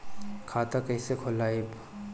खाता कईसे खोलबाइ?